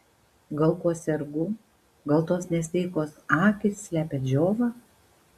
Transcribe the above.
gal kuo sergu gal tos nesveikos akys slepia džiovą